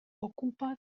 ocupa